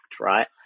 right